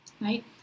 Right